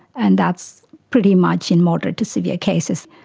and that's pretty much and moderate to severe cases.